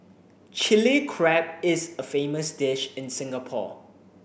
Chilli Crab is a famous dish in Singapore